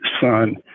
son